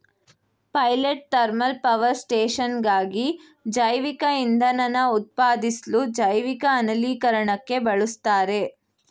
pilot thermal power ಸ್ಟೇಷನ್ಗಾಗಿ ಜೈವಿಕಇಂಧನನ ಉತ್ಪಾದಿಸ್ಲು ಜೈವಿಕ ಅನಿಲೀಕರಣಕ್ಕೆ ಬಳುಸ್ತಾರೆ